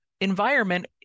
environment